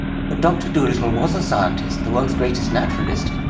but dr dolittle was a scientist, the world's greatest naturalist,